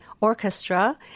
orchestra